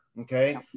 Okay